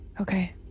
okay